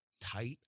tight